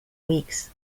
weeks